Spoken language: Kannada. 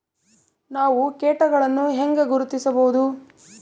ನಾವು ಕೇಟಗಳನ್ನು ಹೆಂಗ ಗುರ್ತಿಸಬಹುದು?